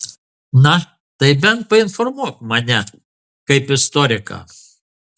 na tai bent painformuok mane kaip istoriką